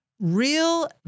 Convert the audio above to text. real